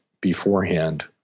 beforehand